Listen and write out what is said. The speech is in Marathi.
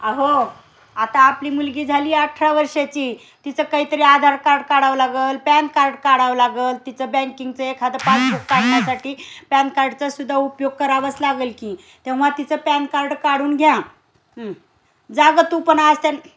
अहो आता आपली मुलगी झाली अठरा वर्षाची तिचं काहीतरी आधार कार्ड काढवं लागल पॅन कार्ड काढावं लागल तिचं बँकिंगचं एखादं पासबुक काढण्यासाठी पॅन कार्डचासुद्धा उपयोग करावं लागल की तेव्हा तिचं पॅन कार्ड काढून घ्या जा गं तू पण त्या